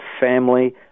family